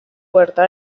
puerta